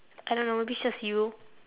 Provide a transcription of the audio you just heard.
I don't know maybe just you